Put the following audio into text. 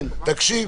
תקשיב.